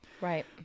Right